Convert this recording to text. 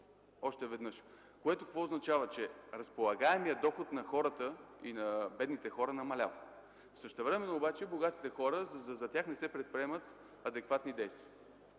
още веднъж. Това означава, че разполагаемият доход на хората – и на бедните, намалява. Същевременно обаче за богатите не се предприемат адекватни действия.